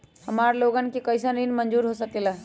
हमार लोगन के कइसन ऋण मंजूर हो सकेला?